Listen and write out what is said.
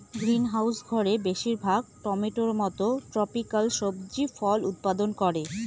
greenhouse ঘরে বেশির ভাগ টমেটোর মত ট্রপিকাল সবজি ফল উৎপাদন করে